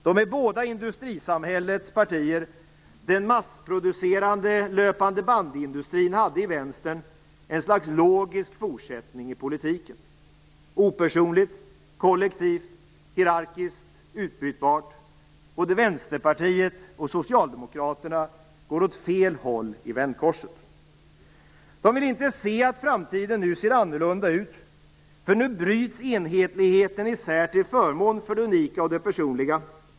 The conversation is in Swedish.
De är båda industrisamhällets partier. Den massproducerande löpande-band-industrin hade i vänstern ett slags logisk fortsättning i politiken. Opersonligt, kollektivt, hierarkiskt, utbytbart. Både Vänsterpartiet och socialdemokraterna går åt fel håll i vändkorset. De vill inte se att framtiden nu ser annorlunda ut. Nu bryts enhetligheten isär till förmån för det unika och det personliga.